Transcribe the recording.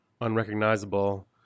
unrecognizable